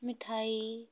मिठाई